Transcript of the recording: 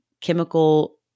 chemical